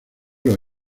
los